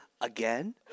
Again